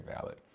valid